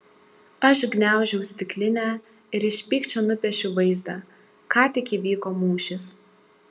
aš gniaužau stiklinę ir iš pykčio nupiešiu vaizdą ką tik įvyko mūšis